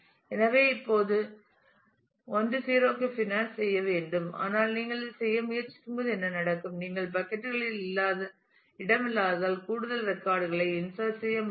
எனவே இது இப்போது 1 0 க்கு ஃபைனான்ஸ் செய்ய வேண்டும் ஆனால் நீங்கள் இதைச் செய்ய முயற்சிக்கும்போது என்ன நடக்கும் நீங்கள் பக்கட் களில் இடம் இல்லாததால் கூடுதல் ரெக்கார்ட் களைச் இன்சட் செய்ய முடியாது